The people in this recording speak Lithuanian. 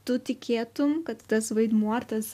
tu tikėtum kad tas vaidmuo ar tas